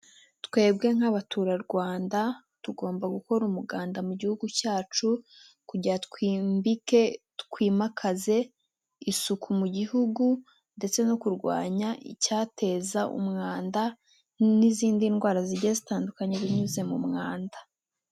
Twebwe nk'abaturarwanda, tugomba gukora umuganda mu gihugu cyacu, kugirango twimbike twimakaze isuku mu gihugu ndetse no kurwanya icyateza umwanda n'izindi ndwara zigiye zitandukanye binyuze mu mwanda.